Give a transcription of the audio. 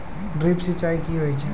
Drip सिंचाई कि होय छै?